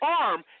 arm